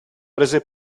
prese